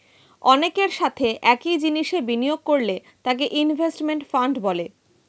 অনেকের সাথে একই জিনিসে বিনিয়োগ করলে তাকে ইনভেস্টমেন্ট ফান্ড বলে